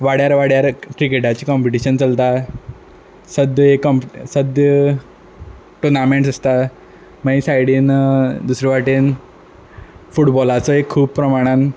वाड्यार वाड्यार क्रिकेटाची कॉम्पटीशन चलता सद्या एक सद्या टॉर्नमेंट्स आसता मागीर सायडीन दुसरे वाटेन फुटबॉलाचोय खूब प्रमाणान